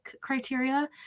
criteria